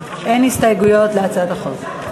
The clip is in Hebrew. אין הסתייגויות להצעת החוק.